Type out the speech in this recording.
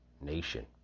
nation